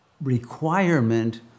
requirement